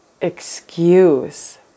Excuse